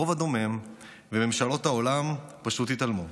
הרוב הדומם וממשלות העולם פשוט התעלמו.